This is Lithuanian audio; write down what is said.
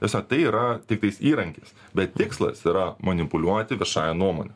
tasme tai yra tiktais įrankis bet tikslas yra manipuliuoti viešąja nuomone